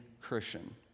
Christian